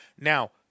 Now